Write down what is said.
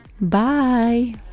Bye